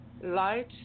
Light